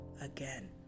again